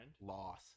loss